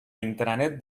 intranet